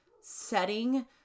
setting